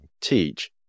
teach